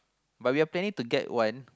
but we are planning to get one